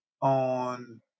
on